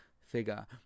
figure